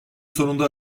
sonunda